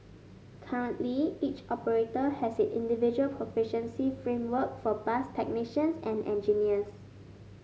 currently each operator has its individual proficiency framework for bus technicians and engineers